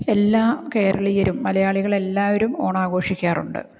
എല്ലാ കേരളീയരും മലയാളികളെല്ലാവരും ഓണം ആഘോഷിക്കാറുണ്ട്